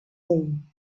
thing